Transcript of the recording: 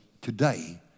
today